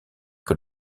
que